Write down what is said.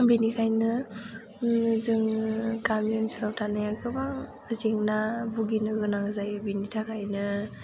बेनिखायनो जोङो गामि ओनसोलाव थानाया गोबां जेंना भुगिनो गोनां जायो बेनि थाखायनो